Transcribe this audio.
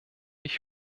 ich